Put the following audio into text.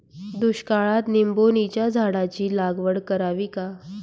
दुष्काळात निंबोणीच्या झाडाची लागवड करावी का?